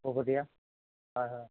হয় হয়